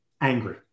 angry